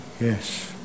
yes